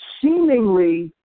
seemingly